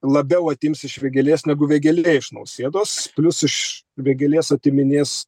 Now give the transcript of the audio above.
labiau atims iš vėgėlės negu vėgėlė iš nausėdos plius iš vėgėlės atiminės